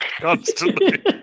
constantly